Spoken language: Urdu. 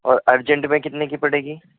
اور ارجنٹ میں کتنے کی پڑے گی